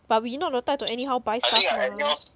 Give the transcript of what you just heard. but we not the type to anyhow buy stuff mah